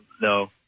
no